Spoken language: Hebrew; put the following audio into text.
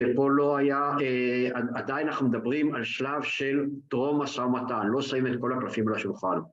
ופה לא היה, עדיין אנחנו מדברים על שלב של טרום משא ומתן, לא שמים את כל הקלפים של השולחן.